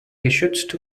geschützt